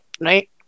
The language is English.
right